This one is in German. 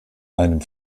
einem